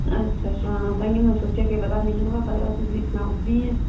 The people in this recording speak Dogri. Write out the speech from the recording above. अच्छा अच्छा हां तांहियै में सोचेआ केह् पता नेईं होऐ पता ते तु'सेगी सनाई ओड़नी आं